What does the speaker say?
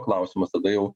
klausimas tada jau